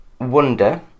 Wonder